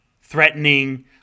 threatening